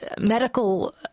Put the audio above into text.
medical